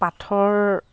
পাথৰ